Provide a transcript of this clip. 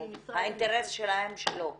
האינטרס שלהם שלא ------ תלונות.